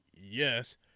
Yes